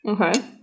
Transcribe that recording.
Okay